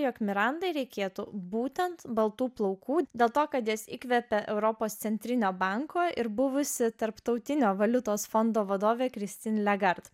jog miranda reikėtų būtent baltų plaukų dėl to kad jas įkvepia europos centrinio banko ir buvusi tarptautinio valiutos fondo vadovė kristin legart